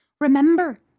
Remember